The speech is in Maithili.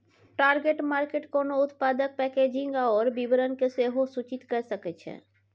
टारगेट मार्केट कोनो उत्पादक पैकेजिंग आओर वितरणकेँ सेहो सूचित कए सकैत छै